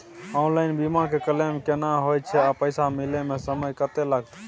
Online बीमा के claim केना होय छै आ पैसा मिले म समय केत्ते लगतै?